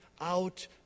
out